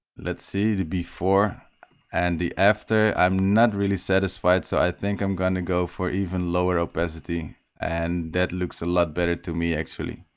let's see the before and the after i'm not really satisfied so i think i'm gonna go for even lower opacity and that looks a lot better to me actually